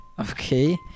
okay